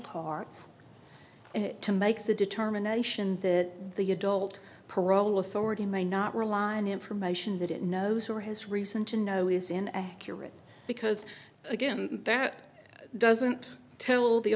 cart to make the determination that the adult parole authority may not rely on information that it knows or has reason to know is in accurate because again that doesn't tell the